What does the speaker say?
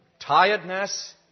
Tiredness